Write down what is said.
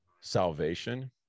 salvation